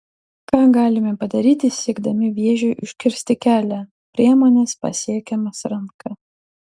ką galime padaryti siekdami vėžiui užkirsti kelią priemonės pasiekiamos ranka